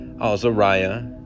Azariah